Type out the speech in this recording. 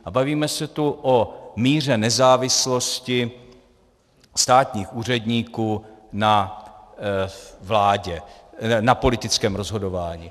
A bavíme se tu o míře nezávislosti státních úředníků na vládě, na politickém rozhodování.